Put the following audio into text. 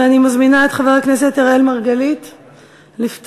ואני מזמינה את חבר הכנסת אראל מרגלית לפתוח.